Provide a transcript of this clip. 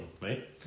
right